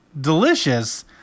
delicious